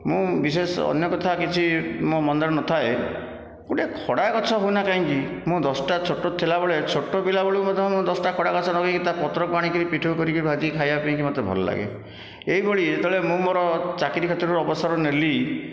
ମୁଁ ବିଶେଷ ଅନ୍ୟ କଥା କିଛି ମୋ ମନରେ ନଥାଏ ଗୋଟିଏ ଖଡ଼ା ଗଛ ହେଉ ନା କାହିଁକି ମୁଁ ଦଶଟା ଛୋଟ ଥିଲାବେଳେ ଛୋଟ ପିଲାବେଳୁ ମଧ୍ୟ ମୁଁ ଦଶଟା ଖଡ଼ା ଗଛ ଲଗେଇକି ତା' ପତ୍ରକୁ ଆଣିକି ପିଠଉ କରି ଭାଜିକି ଖାଇବା ପାଇଁକି ମୋତେ ଭଲ ଲାଗେ ଏହିଭଳି ମୁଁ ଯେତେବେଳେ ଚାକିରି କ୍ଷେତ୍ରରୁ ଅବସର ନେଲି